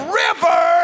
river